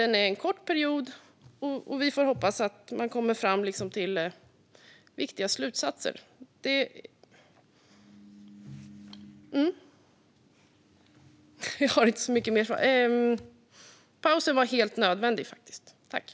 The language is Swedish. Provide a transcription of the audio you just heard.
Den är en kort period, och vi får hoppas att man kommer fram till viktiga slutsatser. Jag har inte så mycket mer att svara. Men pausen var faktiskt helt nödvändig.